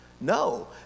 No